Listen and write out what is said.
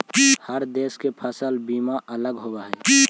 हर देश के फसल बीमा अलग होवऽ हइ